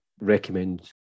recommend